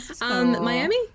Miami